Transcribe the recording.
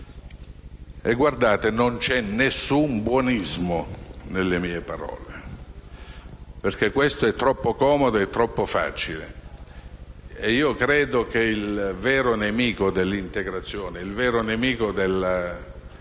che non c'è nessun buonismo nelle mie parole perché sarebbe troppo comodo e troppo facile e io credo che il vero nemico dell'integrazione, il vero nemico della